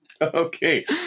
Okay